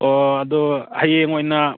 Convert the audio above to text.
ꯑꯣ ꯑꯗꯣ ꯍꯌꯦꯡ ꯑꯣꯏꯅ